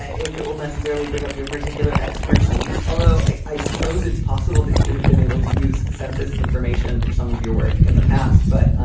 ah if it will necessarily bring up your particular expertise although i i suppose it's possible that you have been able to use census information for some of your work in the past. but